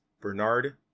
Bernard